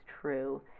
true